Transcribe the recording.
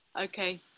Okay